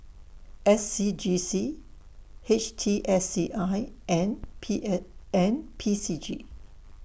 S C G C H T S C I and P A and P C G